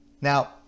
Now